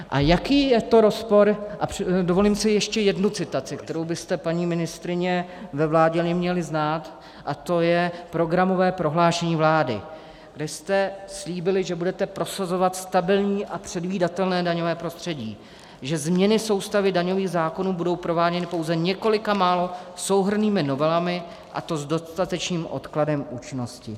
A dovolím si ještě jednu citaci, kterou byste, paní ministryně, ve vládě měli znát, a to je programové prohlášení vlády, kde jste slíbili, že budete prosazovat stabilní a předvídatelné daňové prostředí, že změny soustavy daňových zákonů budou prováděny pouze několika málo souhrnnými novelami, a to s dostatečným odkladem účinnosti.